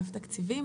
תקציבים.